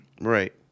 Right